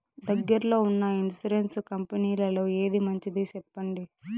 దగ్గర లో ఉన్న ఇన్సూరెన్సు కంపెనీలలో ఏది మంచిది? సెప్పండి?